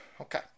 Okay